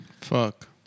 Fuck